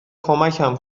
کمکم